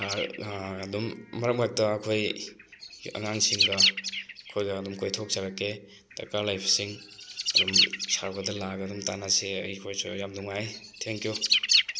ꯁꯥꯔ ꯑꯗꯨꯝ ꯃꯔꯛ ꯃꯔꯛꯇ ꯑꯩꯈꯣꯏ ꯑꯉꯥꯡꯁꯤꯡꯒ ꯑꯩꯈꯣꯏꯒ ꯑꯗꯨꯝ ꯀꯣꯏꯊꯣꯛ ꯆꯔꯛꯀꯦ ꯗꯔꯀꯥꯔ ꯂꯩꯕꯁꯤꯡ ꯑꯗꯨꯝ ꯁꯥꯔ ꯈꯣꯏꯗ ꯂꯥꯛꯑꯒ ꯑꯗꯨꯝ ꯇꯥꯟꯅꯁꯦ ꯑꯩꯈꯣꯏꯁꯨ ꯌꯥꯝ ꯅꯨꯡꯉꯥꯏ ꯊꯦꯡꯀ꯭ꯌꯨ